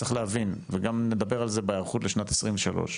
צריך להבין, וגם נדבר על זה בהיערכות לשנת 2023,